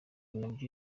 nabyo